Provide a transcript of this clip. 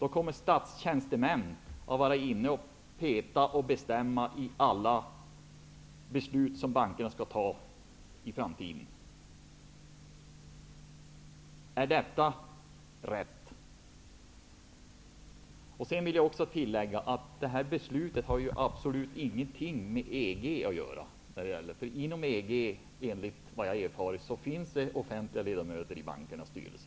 Statstjänstemännen kommer att få peta i alla de beslut som bankerna skall fatta i framtiden. Är detta rätt? Jag vill tillägga att det här absolut inte har någonting med EG att göra. Inom EG, enligt vad jag har erfarit, finns det offentliga företrädare i bankernas styrelse.